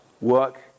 work